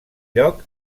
lloc